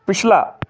ਪਿਛਲਾ